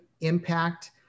impact